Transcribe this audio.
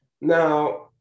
now